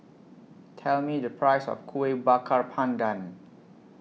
Tell Me The Price of Kueh Bakar Pandan